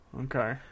Okay